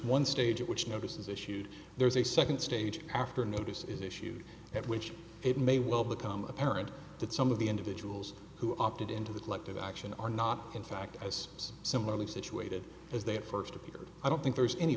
one stage which notices issued there's a second stage after a notice is issued at which it may well become apparent that some of the individuals who opted into the collective action are not in fact as similarly situated as they first appeared i don't think there's any